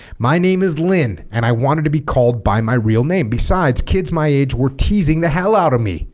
my name is lin and i wanted to be called by my real name besides kids my age were teasing the hell out of me